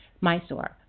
Mysore